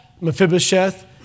Mephibosheth